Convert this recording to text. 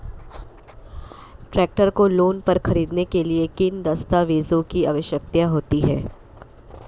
Tractor को loan पर खरीदने के लिए किन दस्तावेज़ों की आवश्यकता होती है?